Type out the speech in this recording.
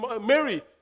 Mary